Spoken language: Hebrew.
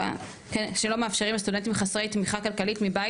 שלא מאפשרים לסטודנטים חסרי תמיכה כלכלית מבית,